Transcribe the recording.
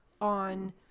on